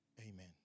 Amen